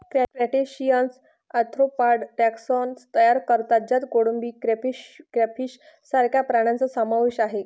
crustaceans arthropod taxon तयार करतात ज्यात कोळंबी, क्रेफिश सारख्या प्राण्यांचा समावेश आहे